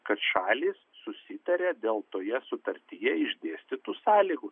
kad šalys susitarė dėl toje sutartyje išdėstytų sąlygų